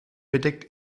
bedeckt